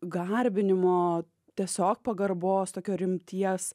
garbinimo tiesiog pagarbos tokio rimties